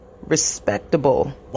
respectable